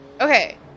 okay